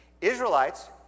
Israelites